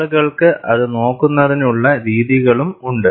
ആളുകൾക്ക് അത് നോക്കുന്നതിനുള്ള രീതികളും ഉണ്ട്